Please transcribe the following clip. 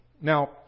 Now